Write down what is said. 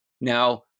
Now